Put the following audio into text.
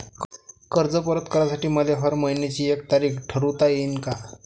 कर्ज परत करासाठी मले हर मइन्याची एक तारीख ठरुता येईन का?